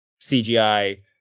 CGI